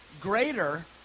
greater